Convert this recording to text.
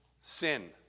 sin